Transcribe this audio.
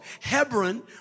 Hebron